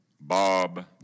Bob